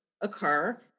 occur